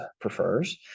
prefers